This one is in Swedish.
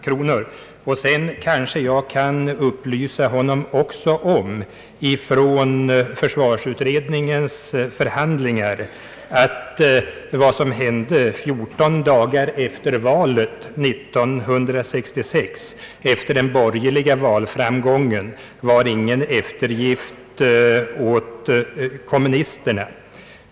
Vidare kan jag upplysa honom om att vad som hände vid försvarsutredningens förhandlingar 14 dagar efter valet 1966 efter den borgerliga valframgången icke var någon eftergift åt kommunisterna.